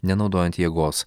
nenaudojant jėgos